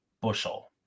bushel